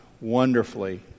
wonderfully